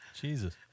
Jesus